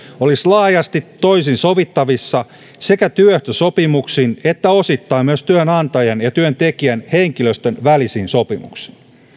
olisivat laajasti toisin sovittavissa sekä työehtosopimuksin että osittain myös työnantajan ja työntekijän tai henkilöstön välisin sopimuksin